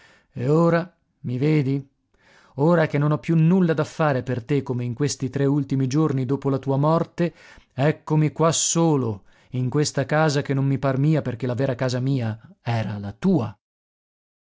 e ora mi vedi ora che non ho più nulla da fare per te come in questi tre ultimi giorni dopo la tua morte eccomi qua solo in questa casa che non mi par mia perché la vera casa mia era la tua